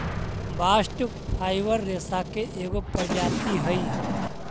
bast fibre रेसा के एगो प्रजाति हई